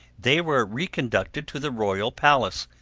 they were reconducted to the royal palace,